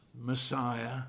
Messiah